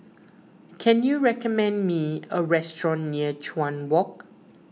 can you recommend me a restaurant near Chuan Walk